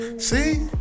See